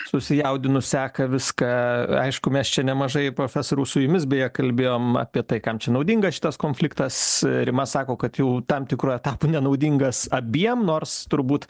susijaudinus seka viską aišku mes čia nemažai profesoriau su jumis beje kalbėjom apie tai kam naudingas šitas konfliktas rima sako kad jau tam tikru etapu nenaudingas abiem nors turbūt